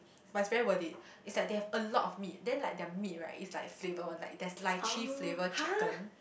but it's very worth it it's like they have a lot of meat then like their meat right is like flavoured one like there's lychee flavour chicken